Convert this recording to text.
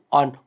on